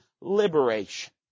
liberation